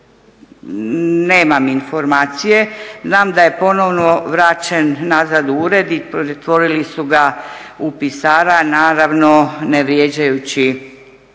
nemam informacije znam da je ponovno vraćen nazad u ured i pretvorili su ga u pisara, naravno ne vrijeđajući